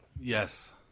Yes